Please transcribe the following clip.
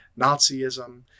Nazism